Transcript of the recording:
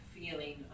feeling